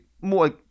more